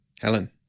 Helen